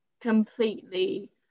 completely